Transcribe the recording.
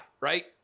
right